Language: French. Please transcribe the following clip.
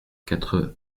quatre